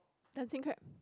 Dancing-Crab